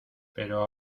pero